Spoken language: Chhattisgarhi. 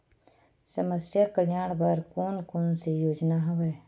समस्या कल्याण बर कोन कोन से योजना हवय?